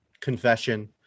confession